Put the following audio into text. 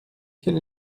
quelle